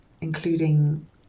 including